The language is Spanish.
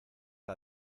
que